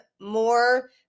more